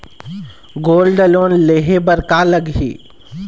Gold loan लेहे बर का लगही?